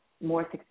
more